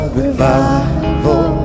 revival